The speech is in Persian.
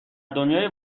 دنیای